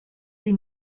sie